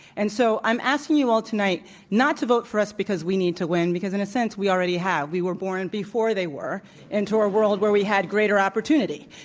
and so i'm asking you all tonight not to vote for us because we need to win, because in a sense, we already have. we were born before they were into a world where we had greater opportunity.